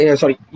sorry